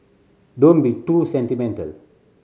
don't be too sentimental